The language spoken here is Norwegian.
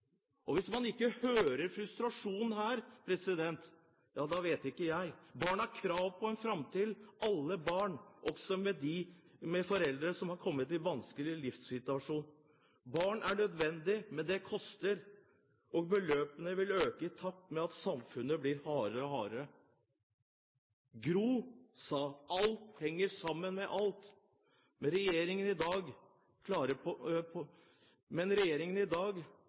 Og hvis man ikke hører frustrasjonen her, så vet ikke jeg. Barn har krav på en framtid – alle barn, også dem med foreldre som har kommet i vanskelige livssituasjoner. Barn er nødvendige, men det koster, og beløpene vil øke i takt med at samfunnet blir hardere og hardere. Gro sa: «Alt henger sammen med alt». Men regjeringen i dag klarer på langt nær alltid å se sammenhengen – hvordan investeringer på et felt kan redusere utgiftene i